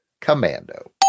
Commando